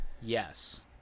Yes